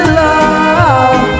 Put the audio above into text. love